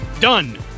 Done